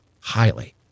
Highly